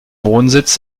wohnsitz